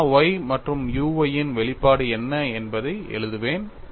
sigma y மற்றும் u y யின் வெளிப்பாடு என்ன என்பதை எழுதுவேன்